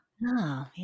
No